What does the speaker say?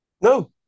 No